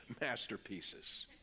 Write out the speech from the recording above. masterpieces